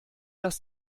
dass